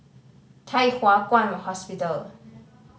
Thye Hua Kwan Hospital